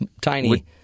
Tiny